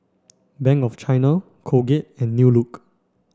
Bank of China Colgate and New Look